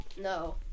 No